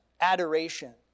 Adoration